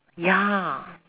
ya